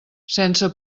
sense